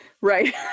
Right